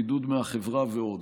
בידוד מהחברה ועוד.